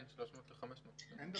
כן.